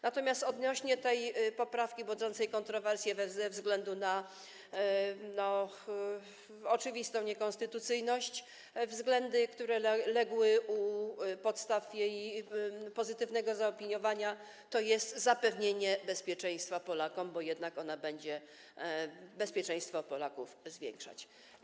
Natomiast odnośnie do tej poprawki budzącej kontrowersje ze względu na oczywistą niekonstytucyjność względy, które legły u podstaw jej pozytywnego zaopiniowania, to zapewnienie bezpieczeństwa Polakom, bo jednak będzie ona bezpieczeństwo Polaków zwiększać.